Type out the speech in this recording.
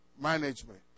management